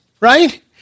right